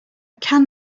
can